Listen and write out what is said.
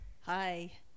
Hi